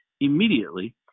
immediately